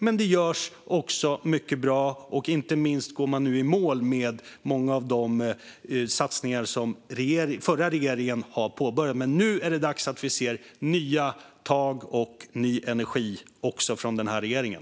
Men det görs också mycket som är bra, inte minst går man i mål med många av de satsningar som den förra regeringen påbörjade. Nu är det dags att vi ser nya tag och ny energi också från den här regeringen.